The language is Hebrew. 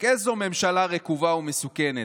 "איזו ממשלה רקובה ומסוכנת.